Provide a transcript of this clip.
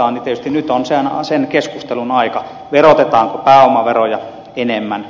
tietysti nyt on sen keskustelun aika verotetaanko pääomatuloja enemmän